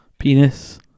Penis